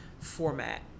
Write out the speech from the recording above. format